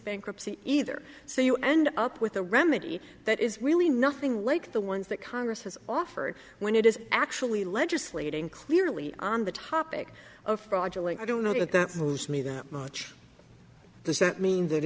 bankruptcy either so you end up with a remedy that is really nothing like the ones that congress has offered when it is actually legislating clearly on the topic of fraudulent i don't know that that moves me that much the set mean that